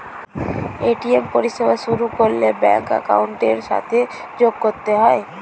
ATM পরিষেবা শুরু করলে ব্যাঙ্ক অ্যাকাউন্টের সাথে যোগ করতে হয়